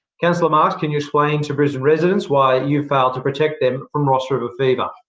councillor marx, can you explain to brisbane residents why you've failed to protect them from ross river fever?